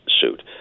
suit